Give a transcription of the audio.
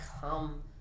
come